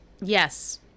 Yes